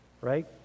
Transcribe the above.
right